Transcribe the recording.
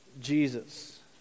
Jesus